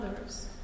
others